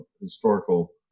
historical